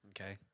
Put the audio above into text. Okay